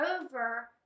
over